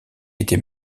était